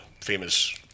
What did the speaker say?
famous